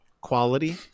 quality